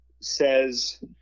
says